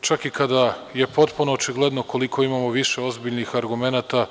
čak i kada je potpuno očigledno koliko imamo više ozbiljnih argumenata.